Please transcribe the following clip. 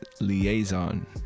liaison